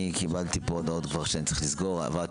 אני קיבלתי פה הודעות שאני כבר צריך לסגור, עברה